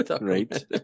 Right